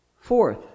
Fourth